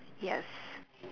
yes